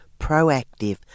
proactive